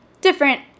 different